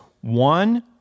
one